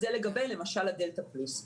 זה, למשל, לגבי הדלתא פלוס.